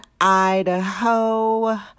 Idaho